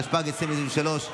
התשפ"ג 2023,